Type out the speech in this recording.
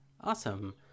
Awesome